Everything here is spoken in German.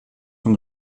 von